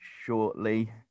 shortly